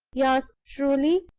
yours truly.